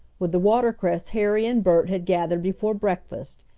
with the watercress harry and bert had gathered before breakfast,